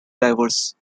diverse